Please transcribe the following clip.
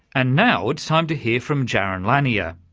and now it's time to hear from jaron lanier.